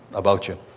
about you.